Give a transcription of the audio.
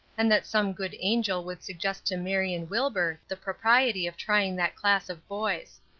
and that some good angel would suggest to marion wilbur the propriety of trying that class of boys.